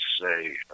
say